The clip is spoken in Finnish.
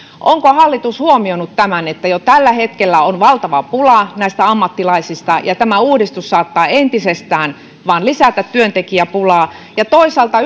onko hallitus huomioinut tämän että jo tällä hetkellä on valtava pula näistä ammattilaisista ja tämä uudistus saattaa entisestään vain lisätä työntekijäpulaa ja toisaalta